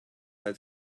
had